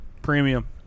Premium